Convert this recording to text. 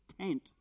tent